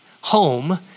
home